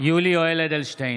יולי יואל אדלשטיין,